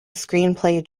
screenplay